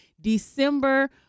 December